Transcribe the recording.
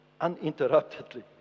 uninterruptedly